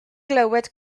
glywed